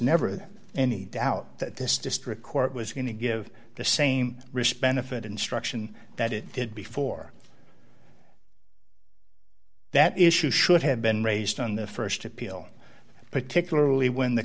never any doubt that this district court was going to give the same risk benefit instruction that it did before that is shoe should have been raised on the st appeal particularly when the